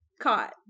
caught